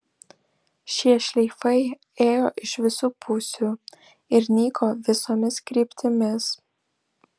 šie šleifai ėjo iš visų pusių ir nyko visomis kryptimis